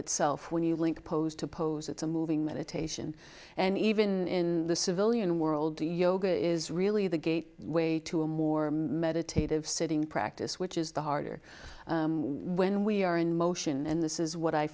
itself when you link posed to pose it's a moving meditation and even the civilian world do yoga is really the gate way to a more meditative sitting practice which is the harder when we are in motion and this is what i